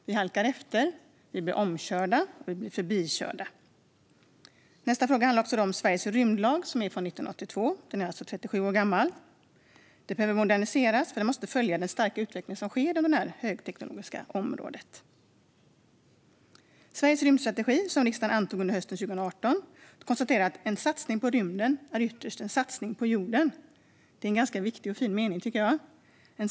Vi halkar efter, vi blir omkörda och vi blir förbikörda. Nästa fråga handlar om Sveriges rymdlag som är från 1982. Den är alltså 37 år gammal. Den behöver moderniseras för att följa den starka utveckling som sker inom detta högteknologiska område. I Sveriges rymdstrategi, som riksdagen antog under hösten 2018, konstateras: En satsning på rymden är ytterst en satsning på jorden. Det tycker jag är en ganska viktig och fin mening.